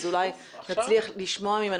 אז אולי נצליח לשמוע ממנו